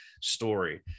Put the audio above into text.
story